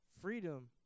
Freedom